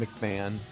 McMahon